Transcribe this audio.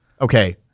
Okay